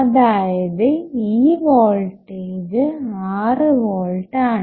അതായത് ഈ വോൾട്ടേജ് ആറ് വോൾട്ട് ആണ്